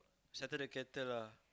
settle the kettle lah